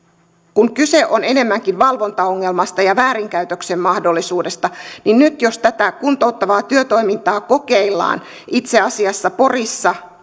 kun kyse on enemmänkin valvontaongelmasta ja väärinkäytöksen mahdollisuudesta niin nyt jos tätä kuntouttavaa työtoimintaa kokeillaan itse asiassa porissa